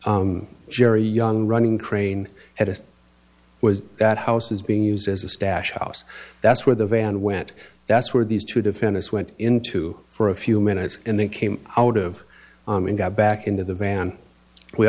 jerry jerry young running crane had it was that house is being used as a stash house that's where the van went that's where these two defenders went into for a few minutes and then came out of and got back into the van we